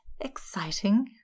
exciting